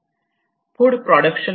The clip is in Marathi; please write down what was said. फुड प्रोडक्शन वर परिणाम व्हायला नको